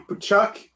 Chuck